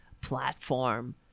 platform